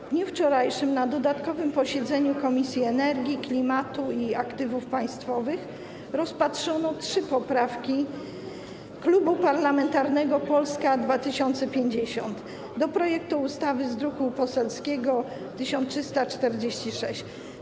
W dniu wczorajszym na dodatkowym posiedzeniu Komisji Energii, Klimatu i Aktywów Państwowych rozpatrzono trzy poprawki Klubu Parlamentarnego Polska 2050 do projektu ustawy z druku poselskiego nr 1346.